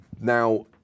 Now